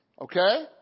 Okay